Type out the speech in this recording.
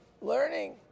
learning